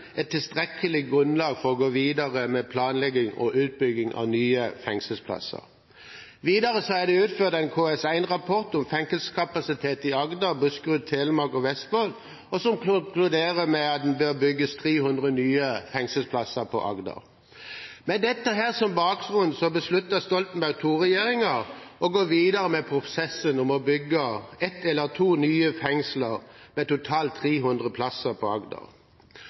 et tilstrekkelig grunnlag for å gå videre med planlegging og utbygging av nye fengselsplasser. Videre er det utført en KS1-rapport om fengselskapasitet i Agder, Buskerud, Telemark og Vestfold, som konkluderer med at det bør bygges 300 nye fengselsplasser på Agder. Med dette som bakgrunn besluttet Stoltenberg II-regjeringen å gå videre med prosessen med å bygge ett eller to nye fengsler med totalt 300 plasser på Agder.